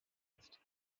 paste